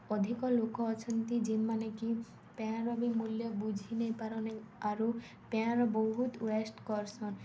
ଅଧିକ ଲୋକ ଅଛନ୍ତି ଯେନ୍ମାନେ କି ପାଏନ୍ର ବି ମୂଲ୍ୟ ବୁଝି ନେଇ ପାର୍ନ ଆରୁ ପାଏନ୍ର ବହୁତ୍ ୱେଷ୍ଟ୍ କର୍ସନ୍